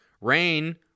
rain